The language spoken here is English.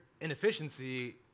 inefficiency